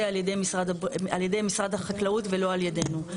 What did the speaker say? על ידי משרד החקלאות ולא על ידינו.